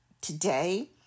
Today